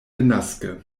denaske